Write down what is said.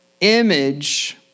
image